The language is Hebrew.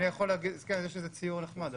יש איזה ציור נחמד,